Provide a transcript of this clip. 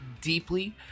deeply